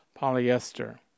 Polyester